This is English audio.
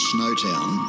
Snowtown